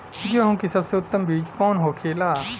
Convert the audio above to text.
गेहूँ की सबसे उत्तम बीज कौन होखेला?